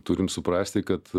turim suprasti kad